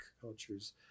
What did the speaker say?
cultures